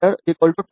me 2